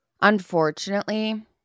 Unfortunately